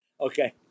Okay